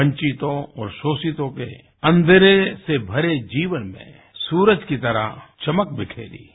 वंचितों और शोषितों के अंघेरे से भरे जीवन में लिए सूरज की तरह चमक बखेरी है